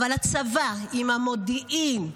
אבל הצבא, עם המודיעין,